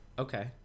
Okay